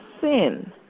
sin